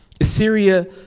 Assyria